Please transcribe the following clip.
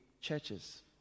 churches